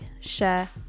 share